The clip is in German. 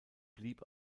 blieb